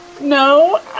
No